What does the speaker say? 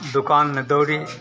दुकान ना दौरी